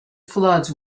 floods